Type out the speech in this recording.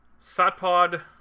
Satpod